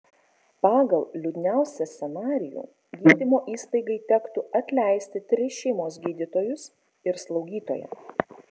pagal liūdniausią scenarijų gydymo įstaigai tektų atleisti tris šeimos gydytojus ir slaugytoją